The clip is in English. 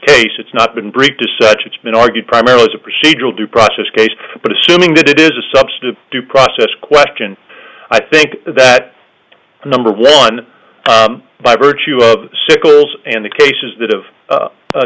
case it's not been briefed to such it's been argued primarily as a procedural due process case but assuming that it is a substantive due process question i think that number one by virtue of sickles and the cases that have